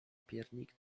piernik